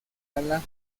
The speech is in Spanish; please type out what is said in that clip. ala